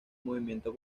movimiento